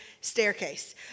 staircase